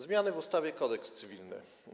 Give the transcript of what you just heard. Zmiany w ustawie Kodeks cywilny.